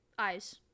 Eyes